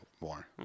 more